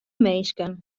minsken